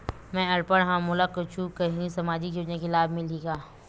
मैं अनपढ़ हाव मोला कुछ कहूं सामाजिक योजना के लाभ मिलही का?